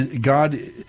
God